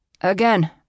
Again